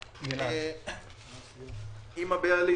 גלעד אהרונסון.